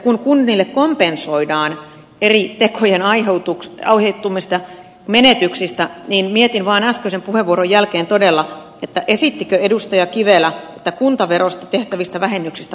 kun kunnille kompensoidaan eri tekojen aiheuttamista menetyksistä niin mietin vaan äskeisen puheenvuoron jälkeen todella esittikö edustaja kivelä että kuntaverosta tehtävistä vähennyksistä luovutaan